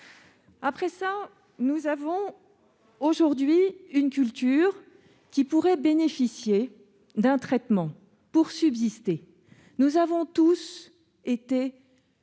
Mais si ! Nous avons aujourd'hui une culture qui pourrait bénéficier d'un traitement pour subsister. Nous avons tous été choqués